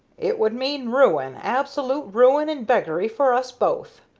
it would mean ruin, absolute ruin and beggary for us both,